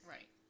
Right